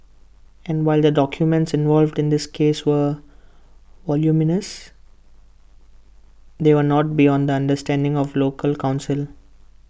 and while the documents involved in this case were voluminous they were not beyond the understanding of local counsel